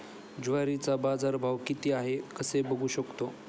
ज्वारीचा बाजारभाव किती आहे कसे बघू शकतो?